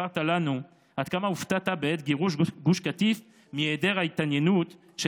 שסיפרת לנו עד כמה הופתעת בעת גירוש גוש קטיף מהיעדר ההתעניינות של